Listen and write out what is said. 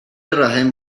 رحم